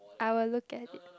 I will look at it